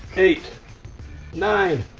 eight nine.